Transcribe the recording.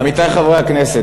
עמיתי חברי הכנסת,